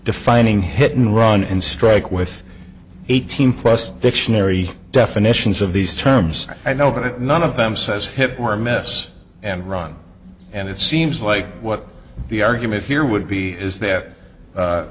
defining hidden ron and strike with eighteen plus dictionary definitions of these terms i know but none of them says hip or mess and ron and it seems like what the argument here would be is that u